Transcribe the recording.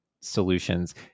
solutions